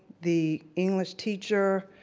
the english teacher,